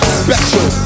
special